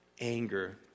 anger